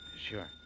Sure